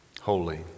Holy